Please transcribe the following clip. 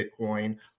Bitcoin